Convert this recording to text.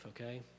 okay